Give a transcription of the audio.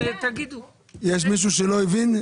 יש מישהו שלא הבין?